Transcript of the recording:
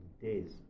days